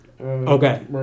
Okay